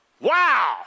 Wow